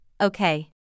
okay